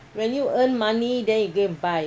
when you earn money then you go and buy